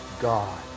God